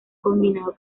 combinado